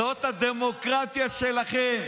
יש זאת הדמוקרטיה שלכם.